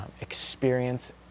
experience